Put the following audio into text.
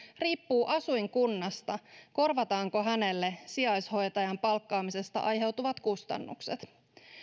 riippuu asuinkunnasta korvataanko hänelle sijaishoitajan palkkaamisesta aiheutuvat kustannukset